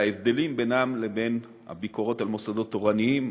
וההבדלים בינם לבין הביקורות על מוסדות תורניים,